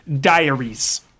Diaries